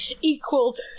equals